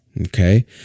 okay